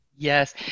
Yes